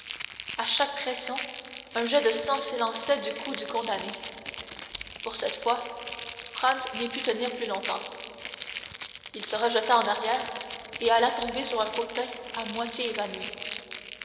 à chaque pression un jet de sang s'élançait du cou du condamné pour cette fois franz n'y put tenir plus longtemps il se rejeta en arrière et alla tomber sur un fauteuil à moitié évanoui